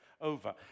over